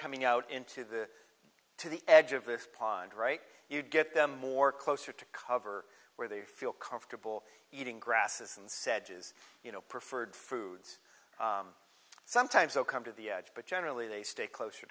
coming out into the to the edge of this pond right you get them more closer to cover where they feel comfortable eating grasses and said his you know preferred foods sometimes they'll come to the edge but generally they stay closer